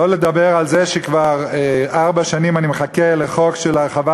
שלא לדבר על זה שכבר ארבע שנים אני מחכה לחוק של הרחבת